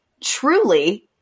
truly